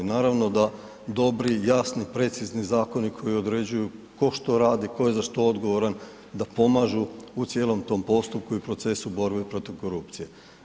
Naravno da dobri, jasni, precizni zakoni koji određuju tko što radi, tko je za što odgovoran, da pomažu u cijelom tom postupku i procesu borbe protiv korupcije.